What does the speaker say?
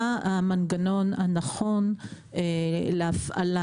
מה המנגנון הנכון להפעלה